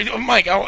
Mike